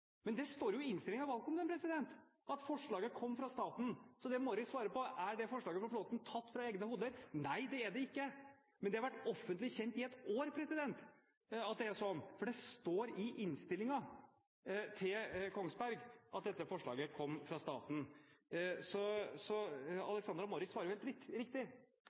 Men det står jo i innstillingen til valgkomiteen at forslaget kom fra staten. Så det Morris svarer på, var: Er det forslaget om Flåthen tatt fra egne hoder? Nei, det er det ikke, men det har vært offentlig kjent i et år at det er slik. Det står i innstillingen til Kongsberg Gruppen at dette forslaget kom fra staten. Så Alexandra Morris svarer helt riktig